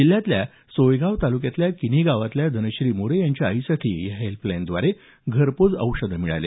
जिल्ह्यातल्या सोयगाव तालुक्यातल्या किन्ही गावातल्या धनश्री मोरे यांच्या आईसाठी या हेल्पलाईनद्वारे घरपोच औषध मिळाली